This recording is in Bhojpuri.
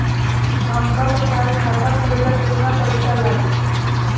हमका बताई खाता खोले ला केतना पईसा लागी?